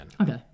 Okay